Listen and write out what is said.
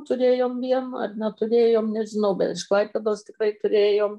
turėjom vieną ar neturėjom nežinau bet iš klaipėdos tikrai turėjom